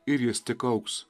ir jis tik augs